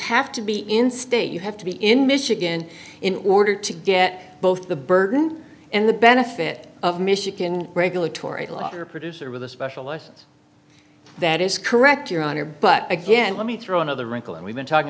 have to be in state you have to be in michigan in order to get both the burden and the benefit of michigan regulatory law or producer with a specialist that is correct your honor but again let me throw another wrinkle and we've been talking